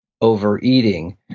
overeating